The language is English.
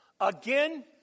Again